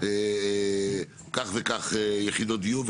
כך וכך יחידות דיור,